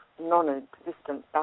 non-existent